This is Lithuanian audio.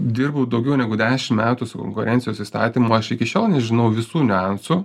dirbau daugiau negu dešim metų su konkurencijos įstatymu aš iki šiol nežinau visų niuansų